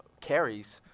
carries